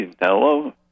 hello